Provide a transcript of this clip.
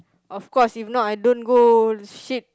of course if not I don't go shit